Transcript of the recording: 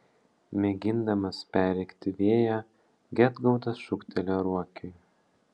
mėgindamas perrėkti vėją gedgaudas šūktelėjo ruokiui